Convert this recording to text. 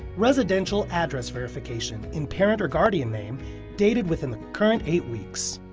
residential address verification in parent or guardian name dated within the current eight weeks,